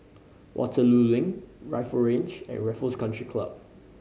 Waterloo Link Rifle Range and Raffles Country Club